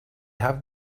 have